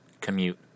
commute